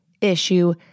issue